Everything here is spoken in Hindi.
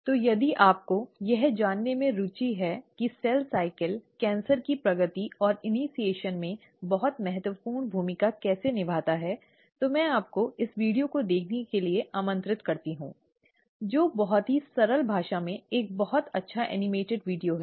तो यदि आपको यह जानने में रुचि है कि सेल साइकिल कैंसर की प्रगति और इनिशीएशन में बहुत महत्वपूर्ण भूमिका कैसे निभाता है तो मैं आपको इस वीडियो को देखने के लिए आमंत्रित करती हूं जो बहुत ही सरल भाषा में एक बहुत अच्छा एनिमेटेड वीडियो है